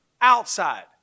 outside